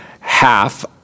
half